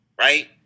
Right